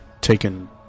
taken